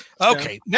Okay